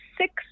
six